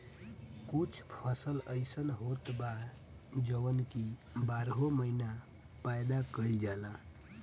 कुछ फसल अइसन होत बा जवन की बारहो महिना पैदा कईल जाला